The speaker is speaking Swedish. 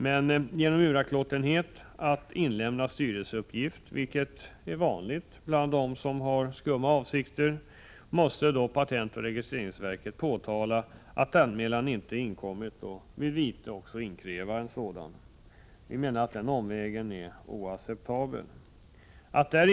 Vid uraktlåtenhet att inlämna styrelseuppgift, vilket är vanligt bland dem som har skumma avsikter, måste patentoch registreringsverket då påtala att anmälan inte inkommit och vid vite inkräva en sådan. Vi menar att denna omväg är oacceptabel.